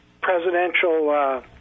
presidential